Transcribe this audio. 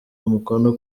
umukono